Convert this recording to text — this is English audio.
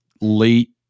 late